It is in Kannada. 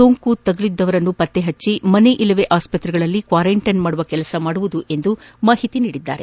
ಸೋಂಕು ತಗುಲಿದವರನ್ನು ಪತ್ತೆಪಟ್ಟ ಮನೆ ಇಲ್ಲವೆ ಆಸ್ಪತ್ತೆಗಳಲ್ಲಿ ಕ್ವಾರಂಟೈನ್ ಮಾಡುವ ಕೆಲಸ ಮಾಡಲಿದೆ ಎಂದು ಮಾಹಿತಿ ನೀಡಿದ್ದಾರೆ